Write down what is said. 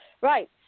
Right